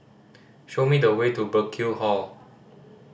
show me the way to Burkill Hall